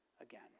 again